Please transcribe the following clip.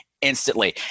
instantly